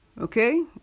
Okay